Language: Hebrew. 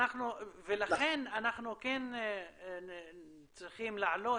לכן אנחנו כן צריכים להעלות,